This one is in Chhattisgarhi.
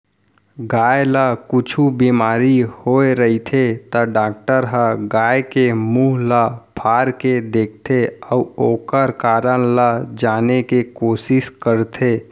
गाय ल कुछु बेमारी होय रहिथे त डॉक्टर ह गाय के मुंह ल फार के देखथें अउ ओकर कारन ल जाने के कोसिस करथे